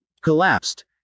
collapsed